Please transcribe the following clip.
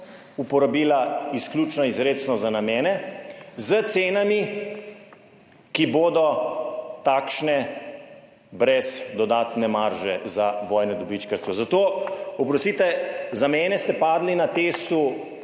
uporabila izključno izrecno za namene s cenami, ki bodo takšne brez dodatne marže za vojno dobičkarstvo. Zato, oprostite, za mene ste padli na testu